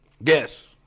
Yes